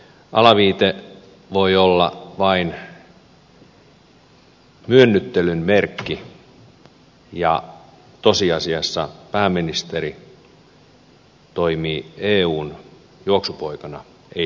alaviite voi olla vain myönnyttelyn merkki ja tosiasiassa pääministeri toimii eun juoksupoikana ei suomen kansan asialla